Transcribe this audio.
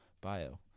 bio